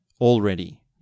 already